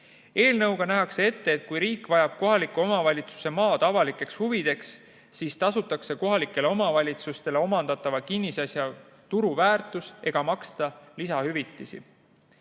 Eelnõuga nähakse ette, et kui riik vajab kohaliku omavalitsuse maad avalikes huvides, siis tasutakse kohalikule omavalitsusele omandatava kinnisasja turuväärtus ega maksta lisahüvitisi.